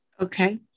Okay